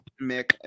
Mick